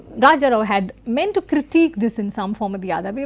raja rao had meant to critic this in some form or the other,